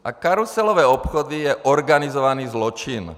A karuselové obchody jsou organizovaný zločin.